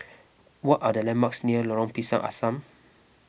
what are the landmarks near Lorong Pisang Asam